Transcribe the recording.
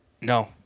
No